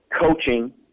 coaching